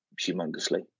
humongously